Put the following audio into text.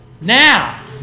now